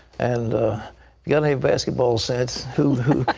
and got any basketball sense, who